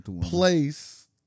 Place